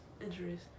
injuries